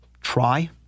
try